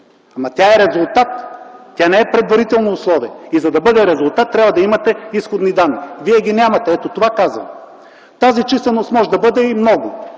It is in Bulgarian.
Тя е резултат, тя не е предварително условие! И за да бъде резултат, трябва да имате изходни данни. Вие ги нямате – ето това казвам. Тази численост може да бъде и много,